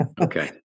Okay